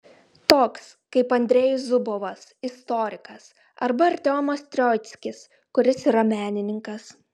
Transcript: toks kaip andrejus zubovas istorikas arba artiomas troickis kuris ir yra menininkas